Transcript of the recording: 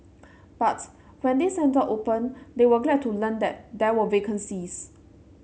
but when this centre opened they were glad to learn that there were vacancies